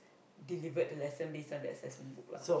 delivered the lesson based on that assessment book lah